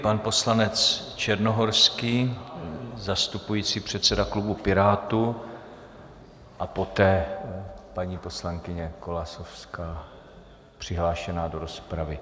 Pan poslanec Černohorský, zastupující předseda klubu Pirátů, a poté paní poslankyně Golasowská, přihlášená do rozpravy.